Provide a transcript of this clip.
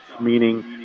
meaning